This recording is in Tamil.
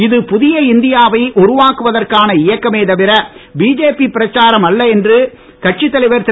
இது புதிய இந்தியாவை உருவாக்கு வதற்கான இயக்கமே தவிர பிஜேபி பிரச்சாரம் அல்ல என்று கட்சித் தலைவர் திரு